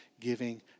giving